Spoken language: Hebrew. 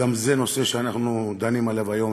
שגם זה נושא שאנחנו דנים עליו היום,